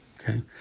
Okay